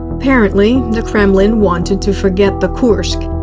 apparently, the kremlin wanted to forget the kursk.